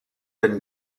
been